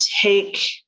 take